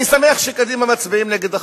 אני שמח שקדימה מצביעים נגד החוק,